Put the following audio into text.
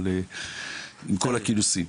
אבל עם כל הכינוסים.